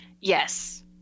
Yes